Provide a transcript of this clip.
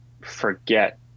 forget